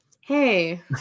Hey